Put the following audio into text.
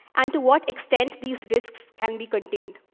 and to what extent these risks can be contained.